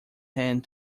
hand